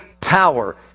power